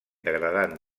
degradant